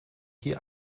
hier